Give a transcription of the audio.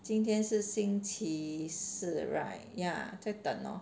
今天是星期四 right ya 就等 lor